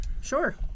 Sure